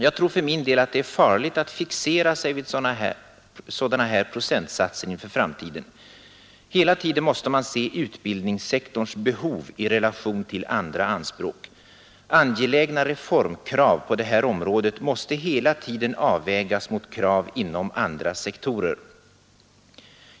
Jag tror för min del att det är farligt att fixera sig vid sådana här procentsatser inför framtiden. Hela tiden måste man se utbildningssektorns behov i relation till andra anspråk. Angelägna reformkrav på det här området måste hela tiden avvägas mot krav inom andra sektorer.